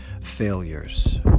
failures